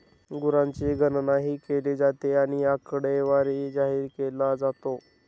गुरांची गणनाही केली जाते आणि आकडेवारी जाहीर केला जातो